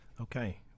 Okay